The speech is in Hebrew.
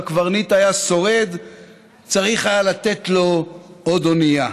הקברניט היה שורד צריך היה לתת לו עוד אונייה.